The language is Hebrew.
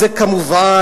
זה כמובן,